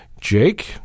Jake